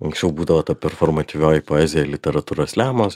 anksčiau būdavo ta peformatyvioji poezija literatūra slemas